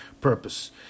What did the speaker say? Purpose